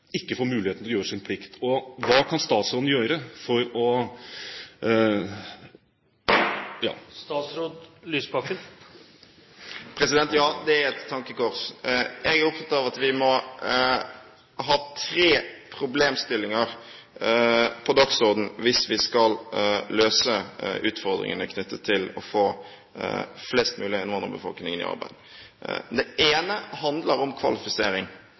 ikke får muligheten til å gjøre sin plikt. Hva kan statsråden gjøre for … Ja, det er et tankekors. Jeg er opptatt av at vi må ha tre problemstillinger på dagsordenen hvis vi skal løse utfordringene knyttet til å få flest mulig av innvandrerbefolkningen i arbeid. Det ene handler om kvalifisering.